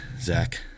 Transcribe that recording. Zach